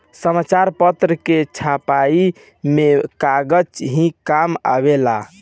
समाचार पत्र के छपाई में कागज ही काम आवेला